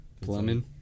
Plumbing